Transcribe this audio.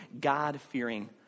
God-fearing